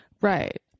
right